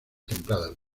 templadas